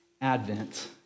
Advent